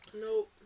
Nope